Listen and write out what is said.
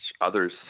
others